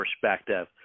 perspective